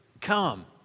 come